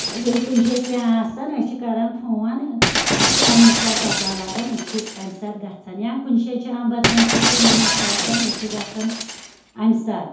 ٲں ییٚلہِ کُنہِ شایہِ کیٚنٛہہ آسان أسۍ چھِ کران فون اسہِ چھِ اَمیٚے ساتہٕ پَتہ لَگان أسۍ چھِ تَمہِ ساتہٕ گژھَن یا کُنہِ شایہِ چھِ ایٚمرجنسی کٲم اسہِ آسان أسۍ چھِ گژھان اَمہِ ساتہٕ